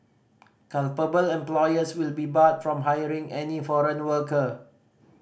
culpable employers will be barred from hiring any foreign worker